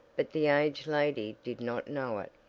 but the aged lady did not know it.